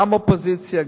גם אופוזיציה,